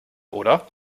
oder